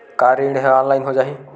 का ऋण ह ऑनलाइन हो जाही?